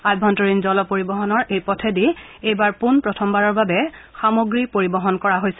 আভ্যন্তৰীণ জল পৰিবহনক এই পথেদি এইবাৰে পোন প্ৰথমবাৰৰ বাবে সামগ্ৰী পৰিবহন কৰা হৈছে